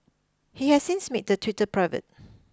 he has since made the Twitter private